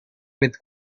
with